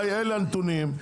אלה הנתונים.